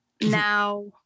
Now